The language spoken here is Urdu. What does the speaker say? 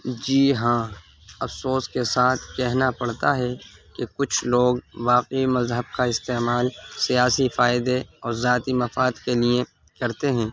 جی ہاں افسوس کے ساتھ کہنا پڑتا ہے کہ کچھ لوگ واقعی مذہب کا استعمال سیاسی فائدے اور ذاتی مفاد کے لیے کرتے ہیں